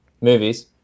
Movies